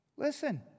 Listen